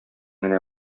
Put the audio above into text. генә